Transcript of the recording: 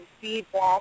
feedback